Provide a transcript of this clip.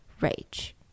rage